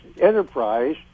enterprise